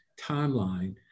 timeline